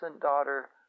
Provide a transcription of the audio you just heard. daughter